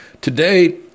Today